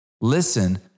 Listen